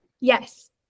Yes